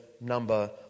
number